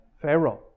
Pharaoh